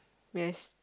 yes